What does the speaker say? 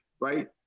Right